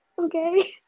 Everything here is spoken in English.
Okay